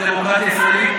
הדמוקרטיה הישראלית?